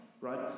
Right